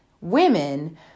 women